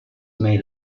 may